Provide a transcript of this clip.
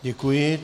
Děkuji.